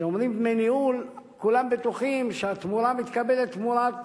כשאומרים "דמי ניהול" כולם בטוחים שהתמורה מתקבלת תמורת